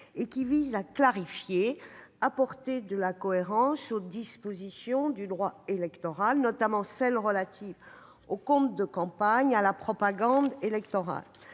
Elle vise à clarifier en apportant de la cohérence aux dispositions du droit électoral, notamment celles qui concernent les comptes de campagne et la propagande électorale.